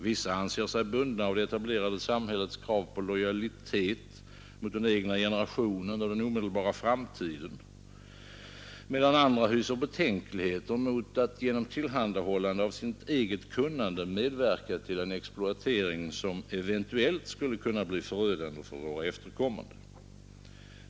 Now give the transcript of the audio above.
Vissa anser sig bundna av det etablerade samhällets krav på lojalitet mot den egna generationen och den omedelbara framtiden, medan andra hyser betänkligheter mot att genom tillhandahållande av sitt eget kunnande medverka till en exploatering, som eventuellt skulle kunna bli förödande för våra efterkommande.